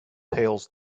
tales